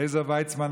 לעזר ויצמן,